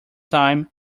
time